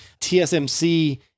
TSMC